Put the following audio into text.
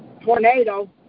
tornado